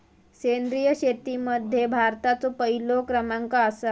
सेंद्रिय शेतीमध्ये भारताचो पहिलो क्रमांक आसा